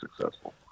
successful